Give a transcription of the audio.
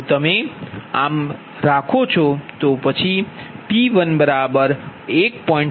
જો તમે આમ રાખો છો તો પછી P1 1